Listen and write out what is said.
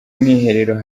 mwiherero